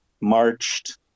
marched